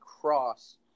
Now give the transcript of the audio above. Cross